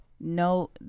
No